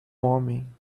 homem